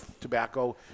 tobacco